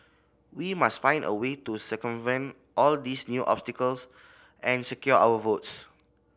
we must find a way to circumvent all these new obstacles and secure our votes